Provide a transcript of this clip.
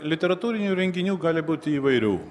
literatūrinių renginių gali būti įvairių